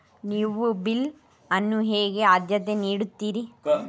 ನೀವು ಬಿಲ್ ಅನ್ನು ಹೇಗೆ ಆದ್ಯತೆ ನೀಡುತ್ತೀರಿ?